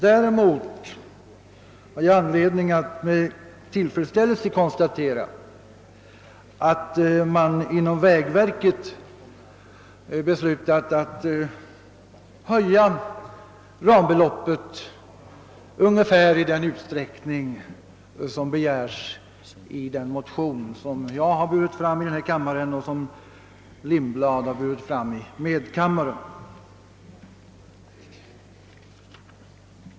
Däremot har jag anledning att med tillfredsställelse konstatera att vägverket beslutat höja rambeloppet i ungefär den utsträckning som begärts i den motion jag väckt i denna kammare och som är likalydande med den som herr Lindblad burit fram i medkammaren.